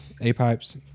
A-pipes